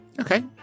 Okay